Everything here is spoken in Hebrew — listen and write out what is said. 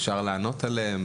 אפשר לענות עליהן.